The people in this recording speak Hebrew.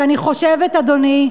ואני חושבת, אדוני,